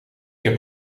heb